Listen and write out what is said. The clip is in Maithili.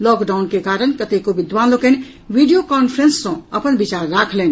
लॉकडाउन के कारण कतेको विद्वान लोकनि वीडियो कांफ्रेंस सँ अपन विचार राखलनि